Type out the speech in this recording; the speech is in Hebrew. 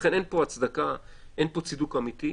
ולכן אין הצדקה, אין פה צידוק אמיתי.